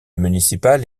municipal